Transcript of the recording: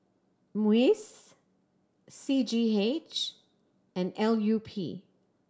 MUIS C G H and L U P